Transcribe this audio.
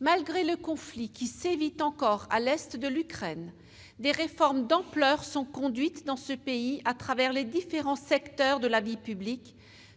Malgré le conflit qui sévit encore à l'est de l'Ukraine, des réformes d'ampleur sont conduites dans ce pays à travers les différents secteurs de la vie publique,